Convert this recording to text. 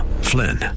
Flynn